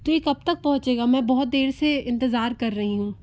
तो ये कब तक पहुंचेगा मैं बहुत देर से इंतेज़ार कर रही हूँ